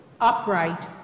upright